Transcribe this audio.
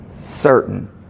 certain